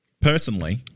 Personally